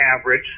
average